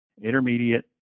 intermediate